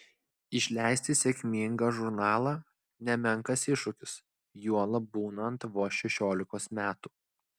išleisti sėkmingą žurnalą nemenkas iššūkis juolab būnant vos šešiolikos metų